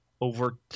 over